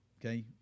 okay